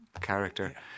character